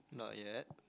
not yet